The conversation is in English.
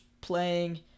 playing